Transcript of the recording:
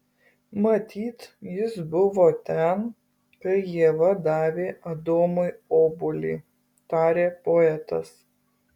matyt jis buvo ten kai ieva davė adomui obuolį tarė poetas